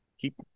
Keep